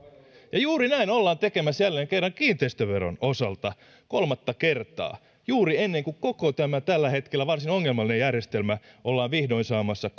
juuri näin ollaan tekemässä jälleen kerran kiinteistöveron osalta kolmatta kertaa juuri ennen kuin koko tämä tällä hetkellä varsin ongelmallinen järjestelmä ollaan vihdoin saamassa